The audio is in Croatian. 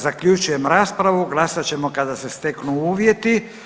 Zaključujem raspravu, glasat ćemo kada se sretnu uvjeti.